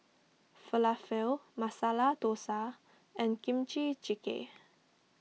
Falafel Masala Dosa and Kimchi Jjigae